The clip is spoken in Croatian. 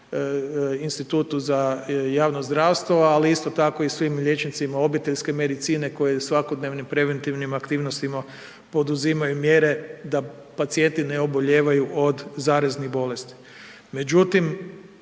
institutu za javno zdravstvo, ali isto tako i svim liječnicima obiteljske medicine koji svakodnevnim preventivnim aktivnostima poduzimaju mjere da pacijenti ne obolijevaju od zaraznih bolesti.